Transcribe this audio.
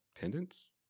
Pendants